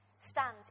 Stands